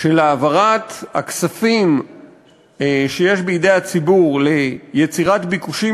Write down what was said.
של העברת הכספים שיש בידי הציבור ליצירת ביקושים